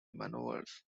manoeuvres